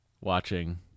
watching